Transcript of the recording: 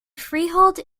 freehold